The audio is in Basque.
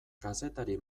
kazetari